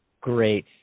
Great